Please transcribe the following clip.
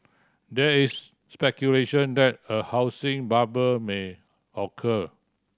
there is speculation that a housing bubble may occur